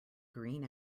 green